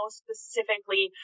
specifically